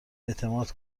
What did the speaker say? اعتماد